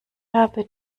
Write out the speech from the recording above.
habe